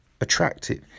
attractive